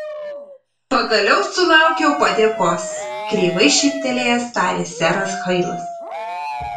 pagaliau sulaukiau padėkos kreivai šyptelėjęs tarė seras hailas